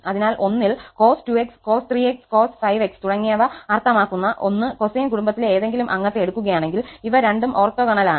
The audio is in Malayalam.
അതിനാൽ 1 ൽ cos 2𝑥 cos 3𝑥 cos 5𝑥 തുടങ്ങിയവ അർത്ഥമാക്കുന്ന 1 കൊസൈൻ കുടുംബത്തിലെ ഏതെങ്കിലും അംഗത്തെ എടുക്കുകയാണെങ്കിൽ ഇവ രണ്ടും ഓർത്തോഗണലാണ്